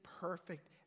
perfect